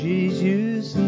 Jesus